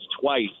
twice